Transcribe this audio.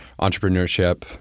entrepreneurship